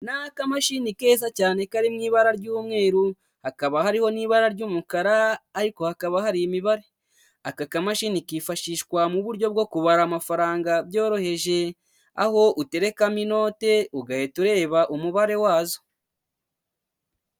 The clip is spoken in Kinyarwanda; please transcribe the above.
Ni akamashini keza cyane kari mu ibara ry'umweru hakaba hariho n'ibara ry'umukara ariko hakaba hari imibare aka kamashini kifashishwa mu buryo bwo kubara amafaranga byoroheje aho uterekamo inote ugahita ureba umubare wazo.